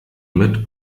mit